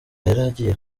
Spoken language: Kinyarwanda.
yaragiye